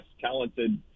talented